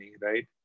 right